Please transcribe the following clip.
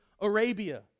Arabia